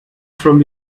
from